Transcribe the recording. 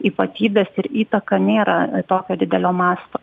ypatybes ir įtaką nėra tokio didelio masto